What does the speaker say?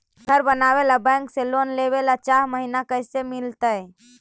घर बनावे ल बैंक से लोन लेवे ल चाह महिना कैसे मिलतई?